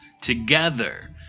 Together